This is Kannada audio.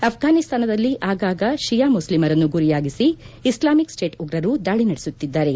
ಅಫ್ಲಾನಿಸ್ನಾನದಲ್ಲಿ ಆಗಾಗ ಶಿಯಾ ಮುಸ್ನಿಮರನ್ನು ಗುರಿಯಾಗಿಸಿ ಇಸ್ವಾಮಿಕ್ ಸ್ನೇಟ್ ಉಗ್ರರು ದಾಳ ನಡೆಸುತ್ತಿದ್ದಾರೆ